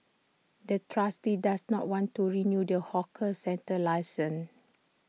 the trustee does not want to renew the hawker centre's license